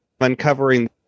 uncovering